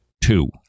Two